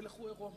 המלך הוא עירום.